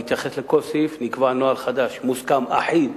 נתייחס לכל סעיף, נקבע נוהל חדש, מוסכם, אחיד,